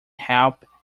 help